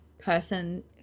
person